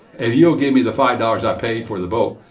if you'll give me the five dollars i paid for the boat,